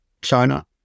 China